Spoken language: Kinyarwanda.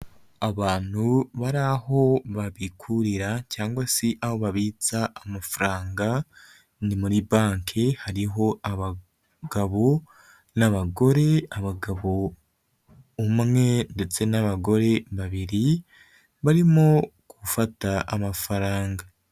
Abantu bari aho babikurira cyangwa se aho babitsa amafaranga, ni muri banki hariho abagabo n'abagore, abagabo umwe ndetse n'abagore babiri barimo gufata amafaranga.